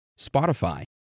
Spotify